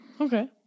okay